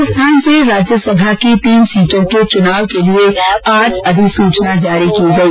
राजस्थान से राज्यसभा की तीन सीटों के चुनाव के लिए आज अधिसूचना जारी की गई